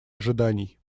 ожиданий